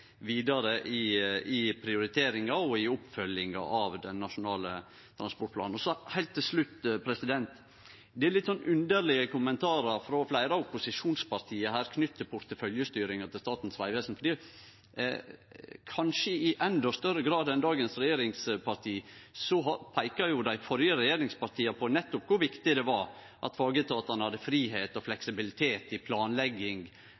vidare i prioriteringa og i oppfølginga av den nasjonale transportplanen. Så heilt til slutt: Det er litt underlege kommentarar frå fleire av opposisjonspartia her knytte til porteføljestyringa til Statens vegvesen. Kanskje i endå større grad enn dagens regjeringsparti peika dei førre regjeringspartia på kor viktig det var at fagetatane hadde fridom og fleksibilitet i planlegging